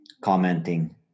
commenting